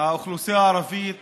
האוכלוסייה הערבית